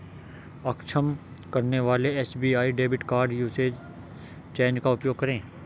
अक्षम करने वाले SBI debit card usage change का उपयोग करें